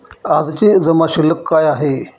आजची जमा शिल्लक काय आहे?